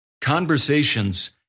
Conversations